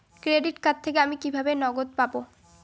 Credit card থেকে আমি কিভাবে নগদ পাব?